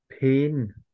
pain